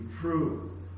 true